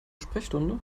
sprechstunde